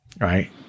Right